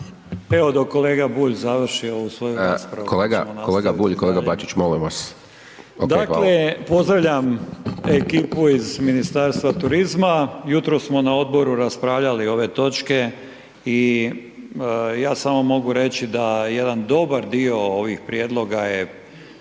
Bulj i kolega Bačić, molim vas. OK, hvala. **Grčić, Branko (SDP)** Dakle, pozdravljam ekipu iz Ministarstva turizma, jutros smo na odboru raspravljali ove točke i ja samo mogu reći da jedan dobar dio ovih prijedloga je